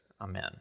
amen